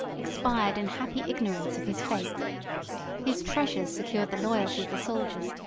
expired in happy ignorance of his fate his treasures secured the loyalty of the soldiers,